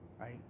right